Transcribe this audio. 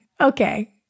Okay